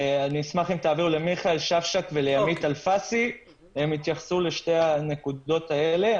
מיכאל שפשק וימית אלפסי יתייחסו לשתי הנקודות האלה.